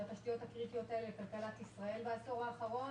התשתיות הקריטיות לכלכלת ישראל בעשור האחרון,